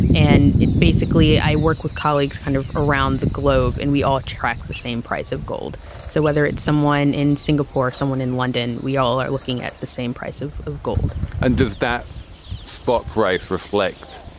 and it basically i work with colleagues kind of around the globe and we all track the same price of gold so whether it's someone in singapore or someone in london we all are looking at the same price of of gold and does that spot price reflect